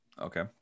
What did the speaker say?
Okay